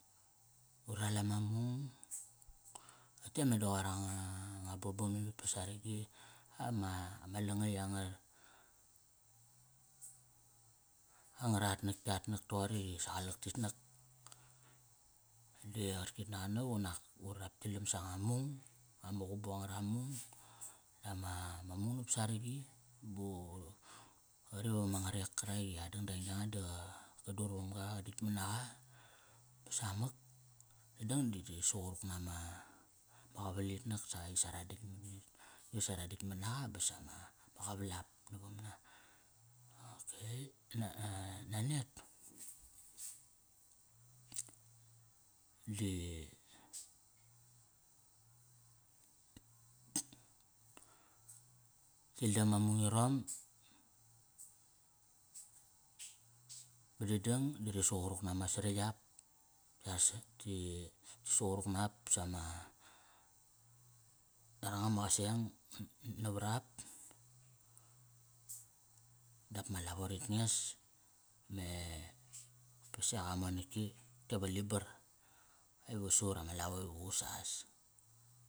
Uri ral ama mung. Toqote meda qoir anga, nga bobom ivit pa saragi. Ama, ama langatk angat, angaratnat yatnak togori isa qalak titnak. Di qarkit nak at nak unak uri vuk tkildam sanga mung, anga qubu angara mung, ma, ma mung nap saragi. Ba uri, qari va ma ngarek i a dangdang yanga da qa, qa dur vamga, qa ditkmat naqa, ba samak. Dadang da ri suquruk nama, ma qaval itnak sa isa ra ditkmat naqa basa ma, ma qavalap navam na. Okay, na, a, nanet di tildam ama mung irom ba dadang da ri suquruk nama sariyap. Ti, ti suqurup nap sama, yaranga ma qaseng navarap dap ma lavo rit nges. Me pasi qa monaki, te va libar aiva sa ut ama lavo ivus as.